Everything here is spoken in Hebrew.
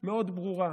מאוד ברורה: